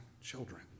children